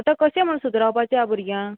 आतां कशें म्हूण सुदरावपाचे ह्या भुरग्यांक